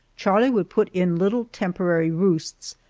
charlie would put in little temporary roosts,